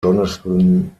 jonathan